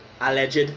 alleged